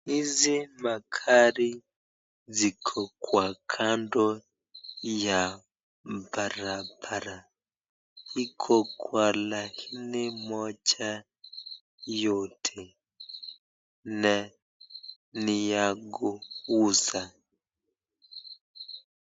Hizi magari ziko kando ya barabara. Iko kwa laini moja yote na ni ya kuuza.